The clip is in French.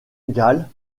galles